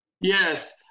Yes